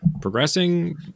progressing